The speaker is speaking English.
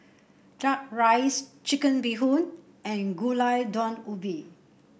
duck rice Chicken Bee Hoon and Gulai Daun Ubi